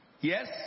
Yes